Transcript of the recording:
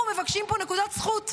אנחנו מבקשים פה נקודת זכות.